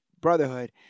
brotherhood